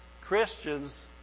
Christians